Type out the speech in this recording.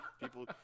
People